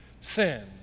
sin